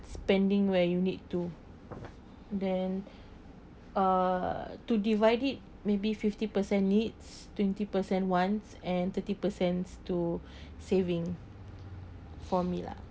spending where you need to then uh to divide it maybe fifty percent needs twenty percent wants and thirty percent to saving for me lah